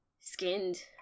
skinned